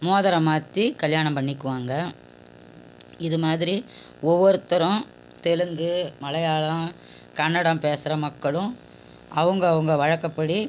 மோதிரம் மாற்றி கல்யாணம் பண்ணிக்குவாங்க இது மாதிரி ஒவ்வொருத்தரும் தெலுங்கு மலையாளம் கன்னடம் பேசுகிற மக்களும் அவங்கவுங்க வழக்கப்படி